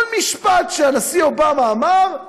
כל משפט שהנשיא אובמה אמר,